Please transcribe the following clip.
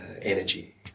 energy